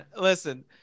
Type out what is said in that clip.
Listen